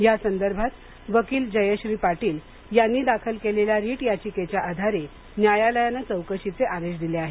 या संदर्भात वकील जयश्री पाटील यांनी दाखल केलेल्या रिट याचिकेच्या आधारे न्यायालयाने चौकशीचे आदेश दिले आहेत